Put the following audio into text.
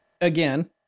Again